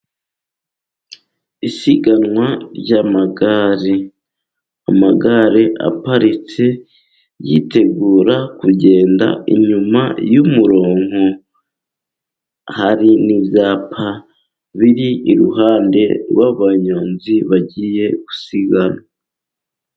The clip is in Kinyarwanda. Isiganwa ry'amagare. Amagare aparitse yitegura kugenda inyuma y'umurongo, hari n'ibyapa biri iruhande rw'abanyonzi bagiye gusiganwa.